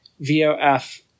VOF